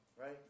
Right